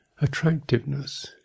attractiveness